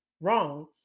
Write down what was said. wrong